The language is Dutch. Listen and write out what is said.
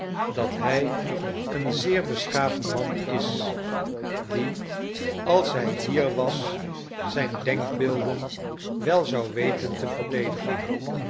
dat hij een zeer beschaafd man is die als hij hier was zijn denkbeelden wel zou weten te verdedigen